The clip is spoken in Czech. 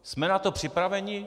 Jsme na to připraveni?